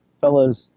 fellas